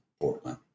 Portland